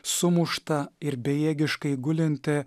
sumuštą ir bejėgiškai gulintį